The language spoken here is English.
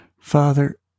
Father